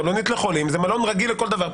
מלונית לחולים זה מלון רגיל לכל דבר,